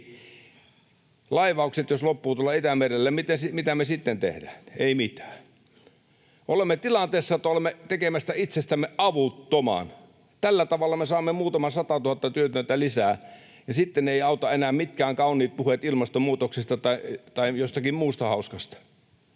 teki. Laivaukset jos loppuvat tuolla Itämerellä, mitä me sitten teemme? Emme mitään. Olemme tilanteessa, että olemme tekemässä itsestämme avuttoman. Tällä tavalla me saamme muutaman satatuhatta työtöntä lisää, ja sitten eivät auta enää mitkään kauniit puheet ilmastonmuutoksesta tai jostakin muusta hauskasta.